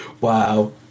Wow